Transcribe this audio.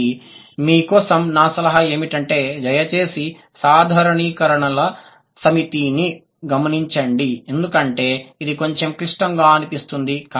కాబట్టి మీ కోసం నా సలహా ఏమిటంటే దయచేసి సాధారణీకరణల సమితిని గమనించండి ఎందుకంటే ఇది కొంచెం క్లిష్టంగా అనిపిస్తుంది